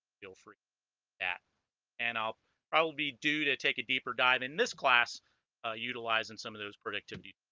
feel free at and i'll i will be due to take a deeper dive in this class ah utilizing some of those productivity